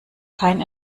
kein